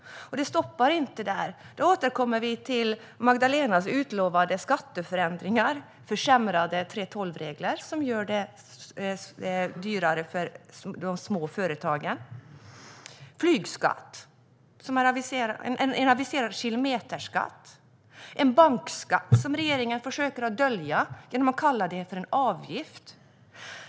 Och det stoppar inte där: Låt oss återkomma till Magdalenas utlovade skatteförändringar med försämrade 3:12-regler, som gör det dyrare för de små företagen, flygskatt, en aviserad kilometerskatt och en bankskatt som regeringen försöker dölja genom att kalla den för en avgift.